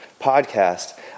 podcast